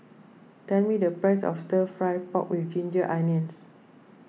tell me the price of Stir Fry Pork with Ginger Onions